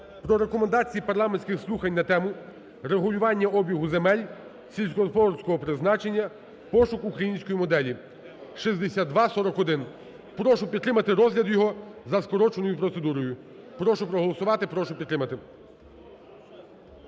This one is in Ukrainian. про Рекомендації парламентських слухань на тему: "Регулювання обігу земель сільськогосподарського призначення: пошук української моделі" (№ 6241). Прошу підтримати розгляд його за скороченою процедурою, прошу проголосувати, прошу підтримати.